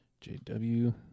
JW